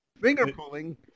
Finger-pulling